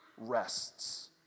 rests